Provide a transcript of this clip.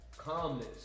Calmness